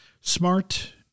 smart